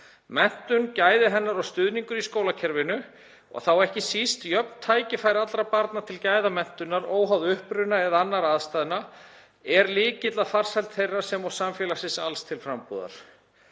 Menntun, gæði hennar og stuðningur í skólakerfinu, þá ekki síst jöfn tækifæri allra barna til gæðamenntunar óháð uppruna eða annarra aðstæðna er lykill að farsæld þeirra sem og samfélagsins alls til frambúðar.